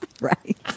right